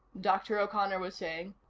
dr. o'connor was saying,